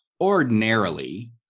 ordinarily